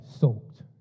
soaked